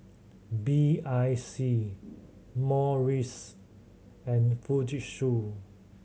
B I C Morries and Fujitsu